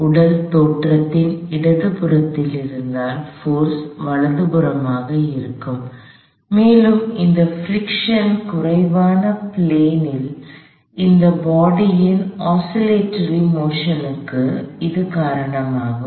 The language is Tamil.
உடல் தோற்றத்தின் இடதுபுறத்தில் இருந்தால் போர்ஸ் வலதுபுறமாக இருக்கும் மேலும் இந்த பிரிக்க்ஷன் உராய்வு குறைவான பிளேன் ல் இந்த பாடி ன் ஓஸ்சிலேடேரி மோஷன் க்குoscillatory motionஊசலாட்ட இயக்கம் இது காரணமாகும்